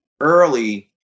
early